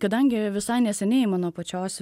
kadangi visai neseniai mano pačios